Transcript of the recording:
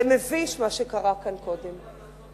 זה מביש, מה שקרה כאן קודם.